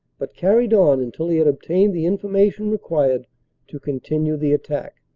but carried on until he had obtained the information required to continue the attack.